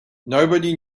nobody